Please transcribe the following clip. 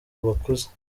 bakuze